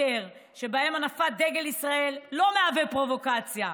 שבהם הנפת דגל ישראל לא מהווה פרובוקציה,